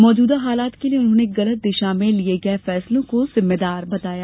मौजूदा हालात के लिए उन्होंने गलत दिशा में लिये गये फैसलों को जिम्मेदार बताया